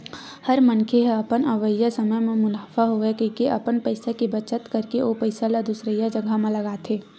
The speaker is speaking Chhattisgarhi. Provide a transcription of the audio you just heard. हर मनखे ह अपन अवइया समे म मुनाफा होवय कहिके अपन पइसा के बचत करके ओ पइसा ल दुसरइया जघा म लगाथे